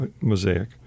mosaic